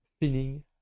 feeling